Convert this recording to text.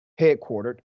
headquartered